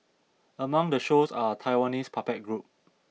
among the shows are a Taiwanese puppet group